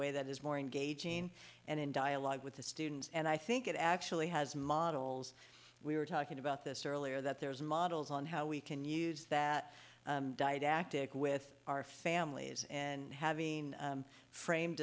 way that is more engaging and in dialogue with the students and i think it actually has models we were talking about this earlier that there is models on how we can use that didactic with our families and having frame